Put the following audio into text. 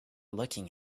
looking